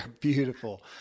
Beautiful